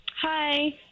Hi